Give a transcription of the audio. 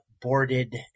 boarded